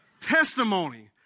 Testimony